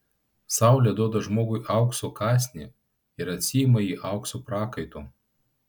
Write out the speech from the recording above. saulė duoda žmogui aukso kąsnį ir atsiima jį aukso prakaitu